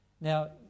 Now